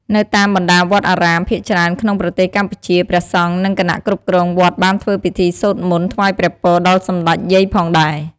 នៅតាមបណ្តាវត្តអារាមភាគច្រើនក្នុងប្រទេសកម្ពុជាព្រះសង្ឃនិងគណៈគ្រប់គ្រងវត្តបានធ្វើពិធីសូត្រមន្ត ថ្វាយព្រះពរដល់សម្តេចយាយផងដែរ។